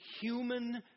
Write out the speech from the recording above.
human